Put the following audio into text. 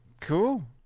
Cool